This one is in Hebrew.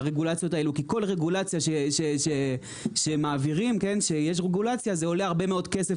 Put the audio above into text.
כי כל רגולציה שמעבירים עולה הרבה מאוד כסף